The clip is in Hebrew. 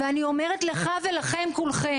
ואני אומרת לך ולכולכם,